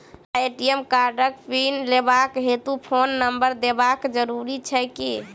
हमरा ए.टी.एम कार्डक पिन लेबाक हेतु फोन नम्बर देबाक जरूरी छै की?